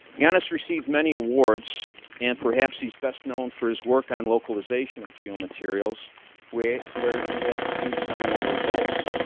ioannis received many awards and perhaps he's best known for his work on localization of geomaterials where where he has produced seminal results.